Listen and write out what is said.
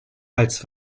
als